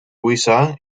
guisa